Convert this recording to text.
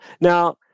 Now